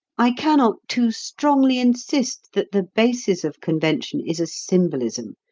i cannot too strongly insist that the basis of convention is a symbolism,